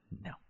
no